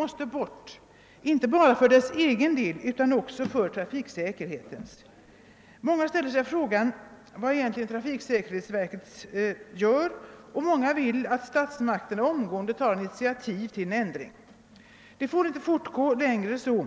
Och de gör det inte bara för sin egen skull utan även i trafiksäkerhetens intresse. verket egentligen uträttar och vill att statsmakterna omgående skall ta initiativ till en ändring. Det får inte längre fortgå så